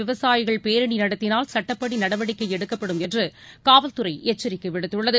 விவசாயிகள் பேரணி நடத்தினால் சட்டப்படி நடவடிக்கை எடுக்கப்படும் என்று காவல்துறை எச்சரிக்கை விடுத்துள்ளது